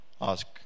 ask